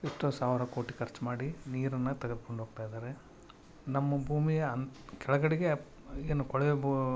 ಎಷ್ಟೊ ಸಾವಿರ ಕೋಟಿ ಖರ್ಚು ಮಾಡಿ ನೀರನ್ನು ತೆಗದ್ಕೊಂಡು ಹೋಗ್ತಾಯಿದಾರೆ ನಮ್ಮ ಭೂಮಿಯ ಅನ್ ಕೆಳಗಡೆಗೆ ಏನು ಕೊಳವೆ ಬೂ